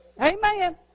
Amen